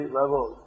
level